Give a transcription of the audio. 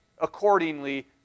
accordingly